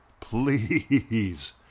please